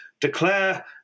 declare